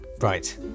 Right